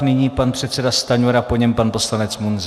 Nyní pan předseda Stanjura, po něm pan poslanec Munzar.